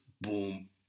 boom